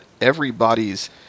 everybody's